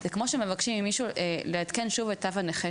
זה כמו שמבקשים ממישהו לעדכן שוב את תו הנכה